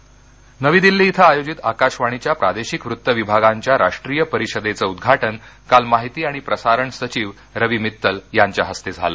आरएनय नवी दिल्ली श्रे आयोजित आकाशवाणीच्या प्रादेशिक वृत्तविभागांच्या राष्ट्रीय परिषदेचं उद्घाटन काल माहिती आणि प्रसारण सचिव रवी मित्तल यांच्या हस्ते झालं